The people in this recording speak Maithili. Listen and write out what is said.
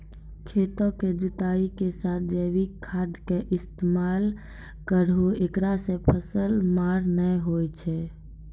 खेतों के जुताई के साथ जैविक खाद के इस्तेमाल करहो ऐकरा से फसल मार नैय होय छै?